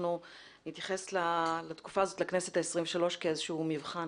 אנחנו נתייחס לכנסתה-23 כאל איזשהו מבחן